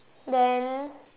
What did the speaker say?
then